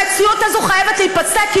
המציאות הזאת חייבת להיפסק,